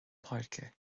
páirce